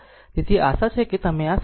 તેથી આશા છે કે તમે આ સમજી ગયા છો